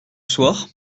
soir